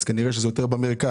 אז כנראה שזה יותר במרכז.